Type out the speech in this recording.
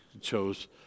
chose